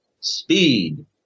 speed